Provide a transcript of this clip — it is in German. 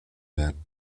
werden